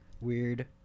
weird